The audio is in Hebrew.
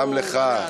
גם לך,